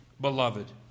beloved